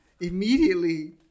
Immediately